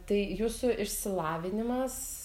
tai jūsų išsilavinimas